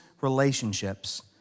relationships